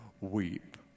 weep